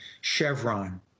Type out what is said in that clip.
Chevron